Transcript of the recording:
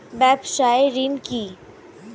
ব্যবসায় ঋণ কি?